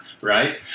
right